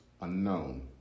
unknown